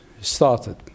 started